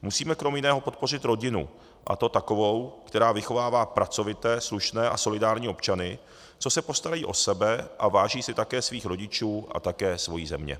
Musíme krom jiného podpořit rodinu, a to takovou, která vychovává pracovité, slušné a solidární občany, co se postarají o sebe a váží si také svých rodičů a také svojí země.